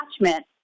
attachment